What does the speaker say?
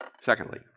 Secondly